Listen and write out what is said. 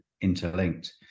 interlinked